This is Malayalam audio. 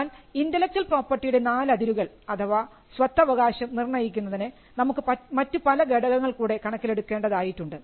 എന്നാൽ Intellectual property യുടെ നാലതിരുകൾ അഥവാ സ്വത്തവകാശം നിർണയിക്കുന്നതിന് നമുക്ക് മറ്റു പല ഘടകങ്ങൾ കൂടെ കണക്കിലെടുക്കേണ്ടതായിട്ടുണ്ട്